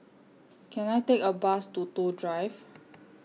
Can I Take A Bus to Toh Drive